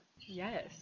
Yes